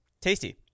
Tasty